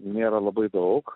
nėra labai daug